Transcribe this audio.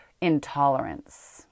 intolerance